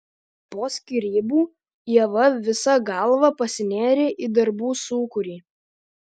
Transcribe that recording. po skyrybų ieva visa galva pasinėrė į darbų sūkurį